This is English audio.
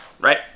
right